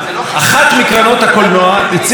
שרת התרבות אומרת: היא רוצה פריפריה,